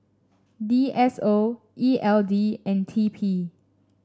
D S O E L D and T P